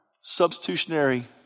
substitutionary